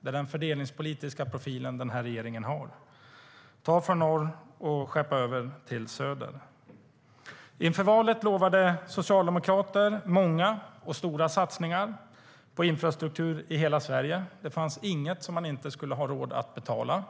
Det är den fördelningspolitiska profilen den här regeringen har: att ta från norr och skicka till söder. Inför valet lovade socialdemokrater många och stora satsningar på infrastruktur i hela Sverige. Det fanns inget som man inte skulle ha råd att betala.